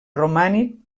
romànic